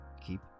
keep